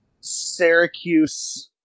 Syracuse